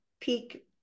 peak